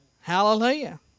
Hallelujah